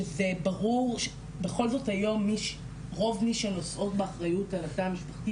שזה ברור שבכל זאת היום רוב מי שנושאות באחריות על התא המשפחתי,